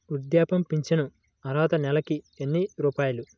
వృద్ధాప్య ఫింఛను అర్హత నెలకి ఎన్ని రూపాయలు?